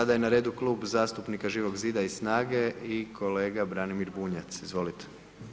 Sada je na redu Klub zastupnika Živog zida i SNAGA-e i kolega Branimir Bunjac, izvolite.